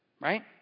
Right